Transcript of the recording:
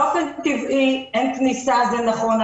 באופן טבעי אין כניסה זה נכון,